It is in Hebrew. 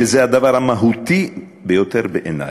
שזה הדבר המהותי ביותר בעיני,